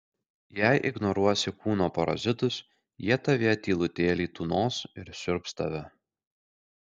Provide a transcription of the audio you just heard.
jei ignoruosi kūno parazitus jie tavyje tylutėliai tūnos ir siurbs tave